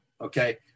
Okay